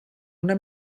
una